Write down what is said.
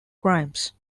crimes